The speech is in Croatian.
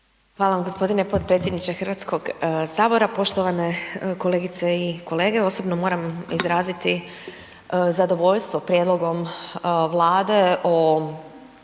Hvala vam g. potpredsjedniče HS. Poštovane kolegice i kolege, osobno moram izraziti zadovoljstvo prijedlogom Vlade o